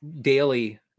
daily